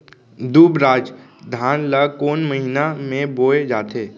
दुबराज धान ला कोन महीना में बोये जाथे?